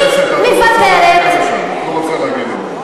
את לא רוצה להגיע לשם,